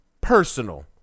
personal